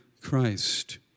Christ